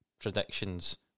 predictions